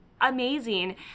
amazing